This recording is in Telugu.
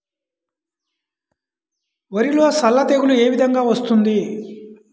వరిలో సల్ల తెగులు ఏ విధంగా వస్తుంది?